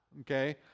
okay